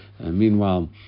Meanwhile